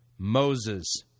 Moses